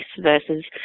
versus